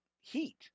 heat